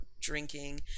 drinking